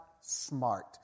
smart